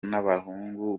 n’abahungu